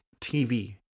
TV